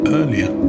earlier